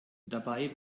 dabei